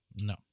No